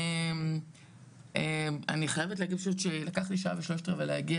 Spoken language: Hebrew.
כי אנחנו,